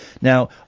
Now